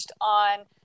on